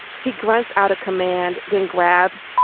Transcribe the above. he grunts out of command then grabs.